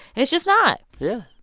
it's just not yeah.